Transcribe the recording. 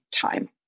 time